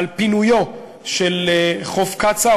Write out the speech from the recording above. על פינויו של חוף קצא"א,